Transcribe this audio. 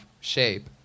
shape